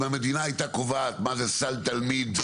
אם המדינה הייתה קובעת מה זה סל תלמיד,